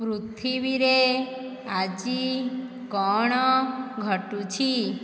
ପୃଥିବୀରେ ଆଜି କ'ଣ ଘଟୁଛି